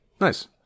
Nice